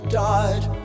died